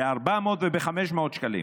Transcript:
ב-400 וב-500 שקלים.